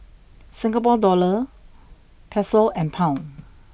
Singapore dollar Peso and Pound